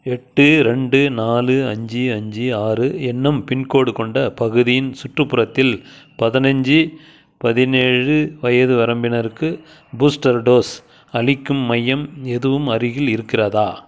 எட்டு ரெண்டு நாலு அஞ்சி அஞ்சி ஆறு என்னும் பின்கோட் கொண்ட பகுதியின் சுற்றுப்புறத்தில் பதினச்சு பதினேழு வயது வரம்பினருக்கு பூஸ்டர் டோஸ் அளிக்கும் மையம் எதுவும் அருகில் இருக்கிறதா